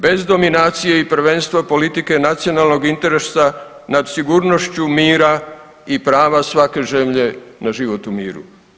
Bez dominacije i prvenstvo politike nacionalnog interesa nad sigurnošću mira i prava svake zemlje na život u miru.